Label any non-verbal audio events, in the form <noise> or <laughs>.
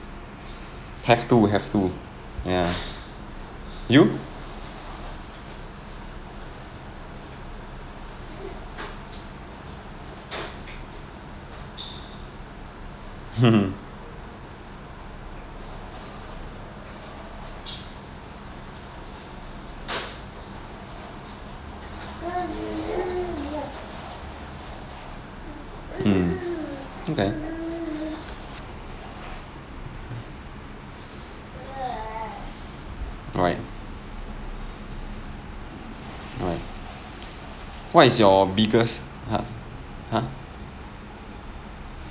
have to have to ya you <laughs> mm mm kay right right what is your biggest !huh! !huh!